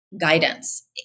guidance